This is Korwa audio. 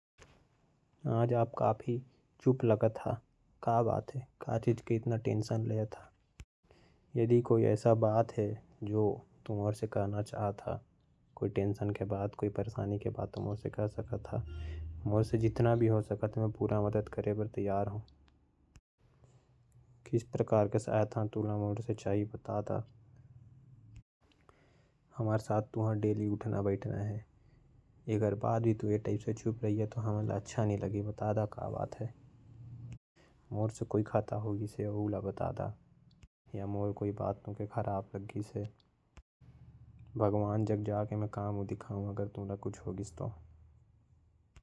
आज आप काफी चुप लगत है का बात है। कोई परेशानी के बात है तो मोर से कह सकत हां। मोर से जितना हो पाहि मै करे बर तैयार हो। हमर साथ रोज उठना बैठना है ऐसा चुप रहना बढ़िया नई लगेल। मोर से कुछ खता होगीस है तो भी बता दा। कोई बात तुका खराब लगीस है तो बता दा भगवान ल जा। के मैं का मुंह दिखाहु अगर कुछ होगीस तो।